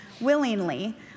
willingly